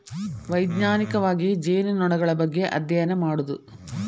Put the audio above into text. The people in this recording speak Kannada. ವೈಜ್ಞಾನಿಕವಾಗಿ ಜೇನುನೊಣಗಳ ಬಗ್ಗೆ ಅದ್ಯಯನ ಮಾಡುದು